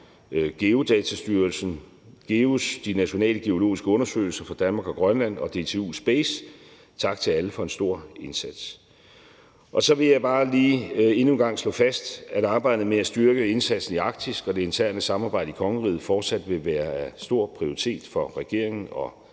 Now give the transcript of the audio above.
Geodatastyrelsen, GEUS, De Nationale Geologiske Undersøgelser for Danmark og Grønland, og DTU Space. Tak til alle for en stor indsats. Så vil jeg bare lige endnu en gang slå fast, at arbejdet med at styrke indsatsen i Arktis og det interne samarbejde i kongeriget fortsat vil være af stor prioritet for regeringen og